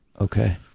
Okay